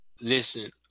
listen